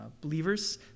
believers